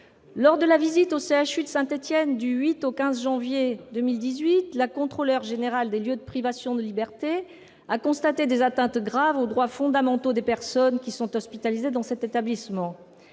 universitaire de Saint-Étienne, du 8 au 15 janvier 2018, la Contrôleur général des lieux de privation de liberté a constaté des atteintes graves aux droits fondamentaux des personnes hospitalisées dans cet établissement.